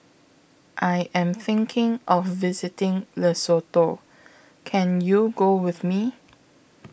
I Am thinking of visiting Lesotho Can YOU Go with Me